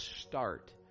start